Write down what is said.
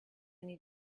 need